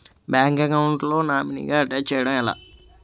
Bank account లో నామినీగా attach చేయడం ఎలా?